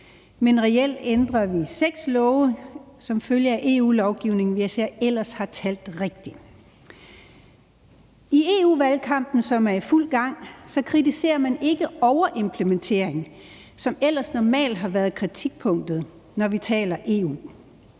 men reelt ændrer vi seks love som følge af EU-lovgivningen, hvis jeg ellers har talt rigtigt. I EU-valgkampen, som er i fuld gang, kritiserer man ikke overimplementering, som ellers normalt har været kritikpunktet, når vi taler EU.